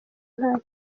nta